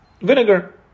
Vinegar